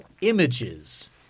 images